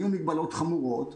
היינו עם מגבלות חמורות,